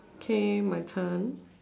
K my turn